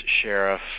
sheriff